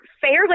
fairly